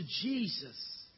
Jesus